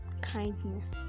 kindness